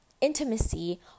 intimacy